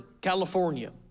California